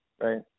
right